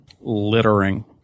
Littering